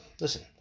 listen